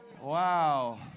Wow